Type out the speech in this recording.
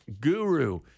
guru